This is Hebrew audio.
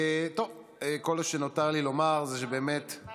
טוב, כל מה שנותר לי לומר, אנחנו